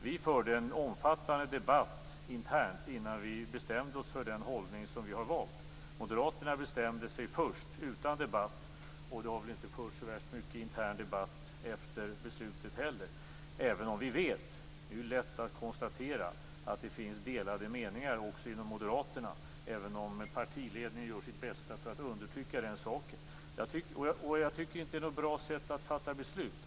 Vi förde en omfattande debatt internt innan vi bestämde oss för den hållning som vi valt. Moderaterna bestämde sig först utan debatt. Det har väl inte förts så värst mycket intern debatt efter beslutet heller. Vi vet - det är lätt att konstatera - att det finns delade meningar också inom moderaterna, även om partiledningen gör sitt bästa för att undertrycka det. Jag tycker inte att det är något bra sätt att fatta beslut på.